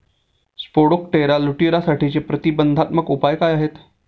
Spodoptera लिट्युरासाठीचे प्रतिबंधात्मक उपाय काय आहेत?